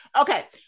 Okay